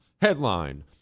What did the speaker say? Headline